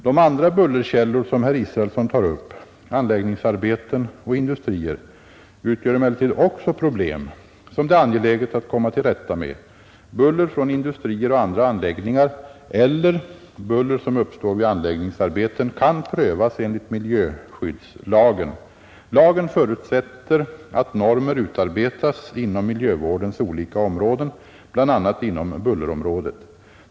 De andra bullerkällor som herr Israelsson tar upp — anläggningsarbeten och industrier — utgör emellertid också problem som det är angeläget att komma till rätta med. Buller från industrier och andra anläggningar eller buller som uppstår vid anläggningsarbeten kan prövas enligt miljöskyddslagen. Lagen förutsätter att normer utarbetas inom miljövårdens olika områden, bl.a. inom bullerområdet.